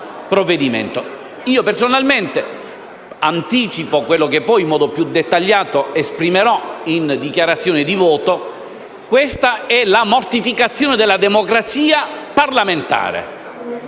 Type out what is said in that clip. Io personalmente anticipo quello che poi in modo più dettagliato esprimerò in dichiarazione di voto: questa è la mortificazione della democrazia parlamentare.